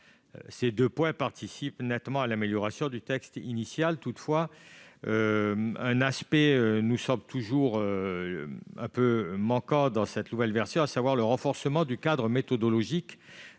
Ces deux points participent nettement à l'amélioration du texte initial. Toutefois, un aspect nous semble toujours manquer dans cette nouvelle version : le renforcement du cadre méthodologique